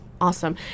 awesome